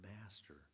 master